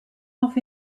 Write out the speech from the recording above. off